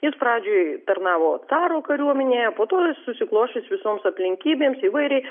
jis pradžioj tarnavo caro kariuomenėje po to susiklosčius visoms aplinkybėms įvairiai